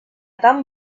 tan